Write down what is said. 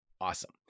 Awesome